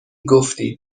گفتی